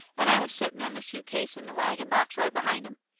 and i was setting on the suit case in the wagon box right behind em.